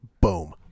Boom